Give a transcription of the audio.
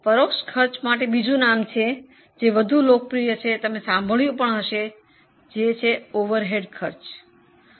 પરોક્ષ ખર્ચનું બીજું લોકપ્રિય નામ ઓવરહેડ ખર્ચ છે